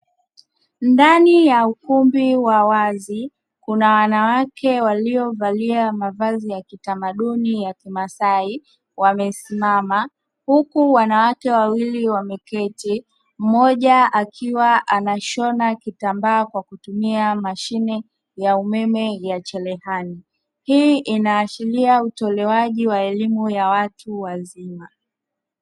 Ndani ya ukumbi wa wazi kuna wanawake waliyovalia mavazi ya kitamaduni ya kimasai wamesimama huku wanawake wawili wameketi mmoja akiwa anashona kitambaa kwa kutumia mashine ya umeme ya cherehani. Hii inaashiria utolewaji wa elimu ya watu wazima.